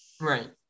Right